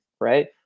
right